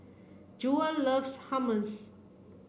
Jewel loves Hummus